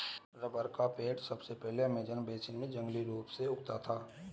rubber का पेड़ सबसे पहले अमेज़न बेसिन में जंगली रूप से उगता था